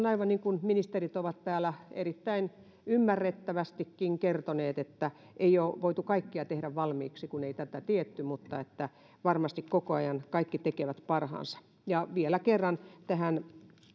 aivan niin kuin ministerit ovat täällä erittäin ymmärrettävästikin kertoneet ei ole voitu kaikkea tehdä valmiiksi kun ei tätä tiedetty mutta varmasti koko ajan kaikki tekevät parhaansa vielä kerran tähän